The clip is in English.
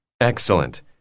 Excellent